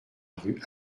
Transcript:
rue